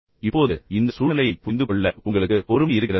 இப்போது இந்த சூழ்நிலையைப் புரிந்துகொள்ள உங்களுக்கு பொறுமை இருக்கிறதா